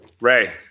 Ray